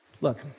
Look